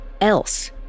else